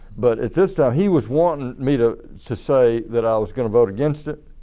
but at this time, he was wanting me to to say that i was going to vote against it.